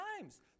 times